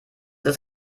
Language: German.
ist